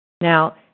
now